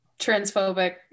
transphobic